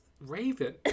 Raven